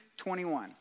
21